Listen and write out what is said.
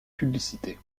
publicités